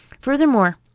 Furthermore